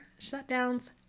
shutdowns